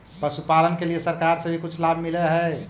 पशुपालन के लिए सरकार से भी कुछ लाभ मिलै हई?